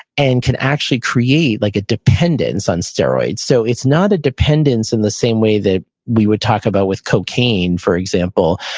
and can actually create like a dependence on steroids so it's not a dependence in the same way that we would talk about with cocaine for example.